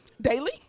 daily